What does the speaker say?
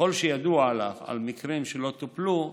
ככל שידוע על מקרים שלא טופלו,